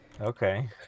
Okay